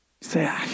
Say